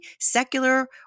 secular